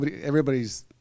Everybody's